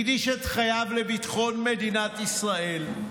הקדיש את חייו לביטחון מדינת ישראל,